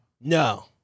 No